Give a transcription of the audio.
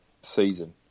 season